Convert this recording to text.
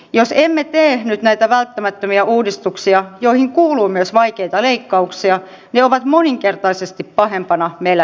jos emme tee nyt näitä välttämättömiä uudistuksia joihin kuuluu myös vaikeita leikkauksia ne ovat moninkertaisesti pahempina meillä edessä